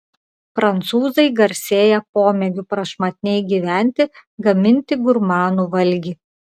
prancūzai garsėja pomėgiu prašmatniai gyventi gaminti gurmanų valgį